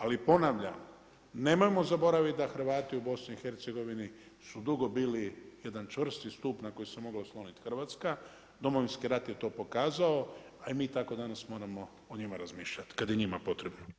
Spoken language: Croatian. Ali ponavljam, nemojmo zaboraviti da Hrvati u BiH su dugo bili jedan čvrsti stup na koji se mogla osloniti Hrvatska, Domovinski rat je to pokazao a i mi tako danas moramo o njima razmišljati kada je njima potrebno.